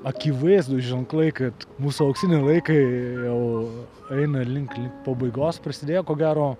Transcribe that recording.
akivaizdūs ženklai kad mūsų auksiniai laikai jau eina link link pabaigos prasidėjo ko gero